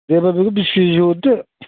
ब्रयलारखौबो बिस केजि हरदो